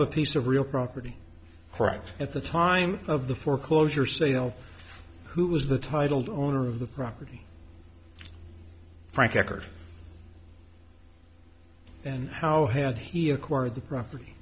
a piece of real property right at the time of the foreclosure sale who was the title owner of the property frank eckerd and how had he acquired the property